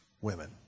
women